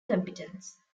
competence